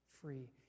free